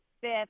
fifth